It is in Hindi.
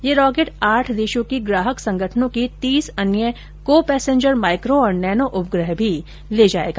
यह रॉकेट आठ देशों के ग्राहक संगठनों के तीस अन्य को पैसेंजर माइक्रो और नैनो उपग्रह भी ले जाएगा